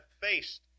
faced